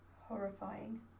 horrifying